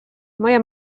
moja